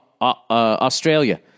Australia